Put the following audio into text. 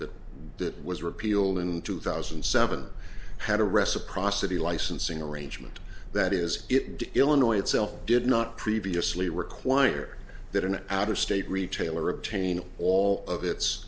l that was repealed in two thousand and seven had a reciprocity licensing arrangement that is if illinois itself did not previously require that an out of state retailer obtain all of it